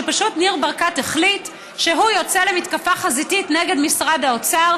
שפשוט ניר ברקת החליט שהוא יוצא למלחמה חזיתית נגד משרד האוצר,